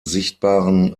sichtbaren